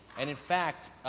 and in fact,